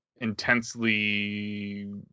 intensely